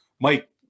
Mike